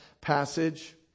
passage